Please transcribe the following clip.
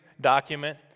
document